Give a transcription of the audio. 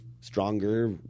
stronger